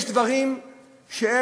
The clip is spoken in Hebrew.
יש דברים שהם,